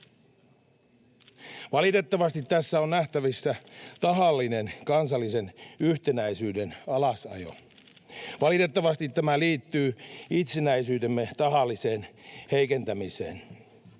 Valitettavasti tässä on nähtävissä tahallinen kansallisen yhtenäisyyden alasajo. Valitettavasti tämä liittyy itsenäisyytemme tahalliseen heikentämiseen.